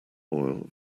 oil